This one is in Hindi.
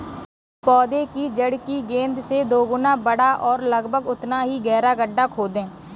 पौधे की जड़ की गेंद से दोगुना बड़ा और लगभग उतना ही गहरा गड्ढा खोदें